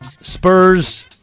Spurs